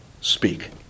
speak